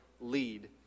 lead